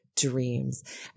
dreams